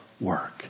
work